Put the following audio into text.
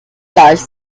gleich